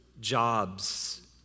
jobs